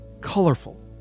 colorful